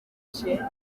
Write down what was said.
czech